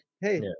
hey